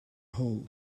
hole